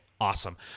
awesome